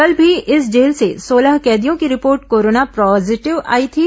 कल भी इस जेल से सोलह कैदियों की रिपोर्ट कोरोना पॉजीटिव आई थी